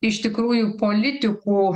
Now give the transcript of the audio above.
iš tikrųjų politikų